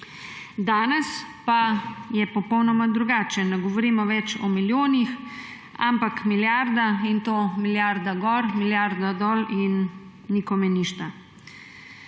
Danes pa je popolnoma drugače, ne govorimo več o milijonih, ampak milijardah, in to milijarda gor, milijarda dol in nikome ništa.